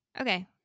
Okay